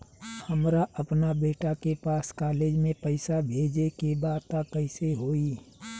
हमरा अपना बेटा के पास कॉलेज में पइसा बेजे के बा त कइसे होई?